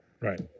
Right